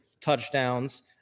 touchdowns